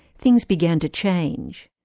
things began to change.